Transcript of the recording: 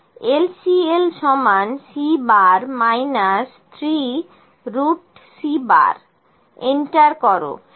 LCL C 3C enter করো হ্যাঁ